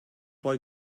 boy